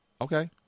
Okay